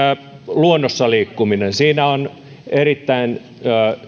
luonnossa liikkuminen on erittäin